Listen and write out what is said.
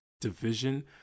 division